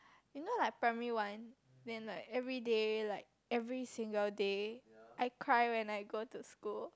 you know like primary one then like everyday like every single day I cried when I go to school